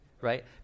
right